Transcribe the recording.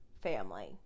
family